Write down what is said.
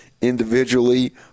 individually